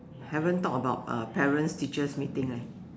haven't talk about uh parents teachers meeting leh